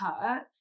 hurt